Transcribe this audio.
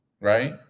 Right